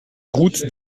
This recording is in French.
route